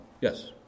yes